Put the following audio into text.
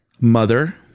Mother